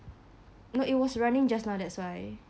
no it was running just now that's why